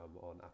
on